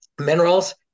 minerals